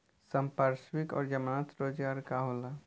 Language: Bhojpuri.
संपार्श्विक और जमानत रोजगार का होला?